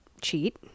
cheat